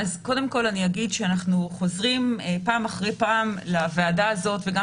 קודם כל אני אגיד שאנחנו חוזרים פעם אחר פעם לוועדה הזאת וגם